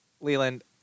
Leland